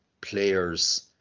players